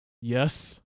Yes